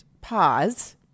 pause